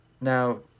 Now